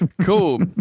cool